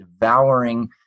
devouring